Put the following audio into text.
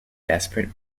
desperate